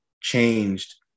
changed